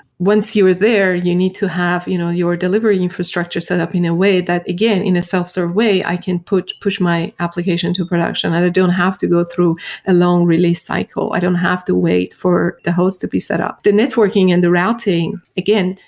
once you are there, you need to have you know your delivery infrastructure set up in a way that, again, in a self-served way, i can push push my application to production and i don't have to go through a long release cycle. i don't have to wait for the host to be set up. the networking and the routing, again,